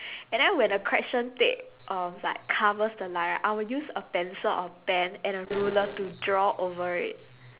and then when the correction tape um like covers the line right I will use a pencil or pen and a ruler to draw over it